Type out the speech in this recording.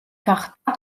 გახდა